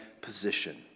position